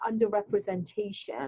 underrepresentation